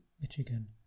Michigan